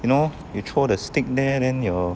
you know you throw the stick there then your